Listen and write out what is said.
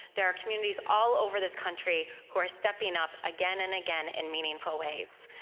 there are communities all over this country who are stepping up again and again in meaningful ways.